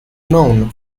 known